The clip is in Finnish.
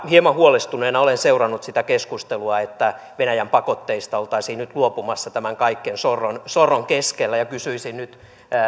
hieman huolestuneena olen seurannut sitä keskustelua että venäjän pakotteista oltaisiin nyt luopumassa tämän kaiken sorron sorron keskellä ja kysyisin nyt